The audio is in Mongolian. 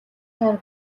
шар